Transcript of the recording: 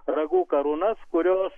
ragų karūnas kurios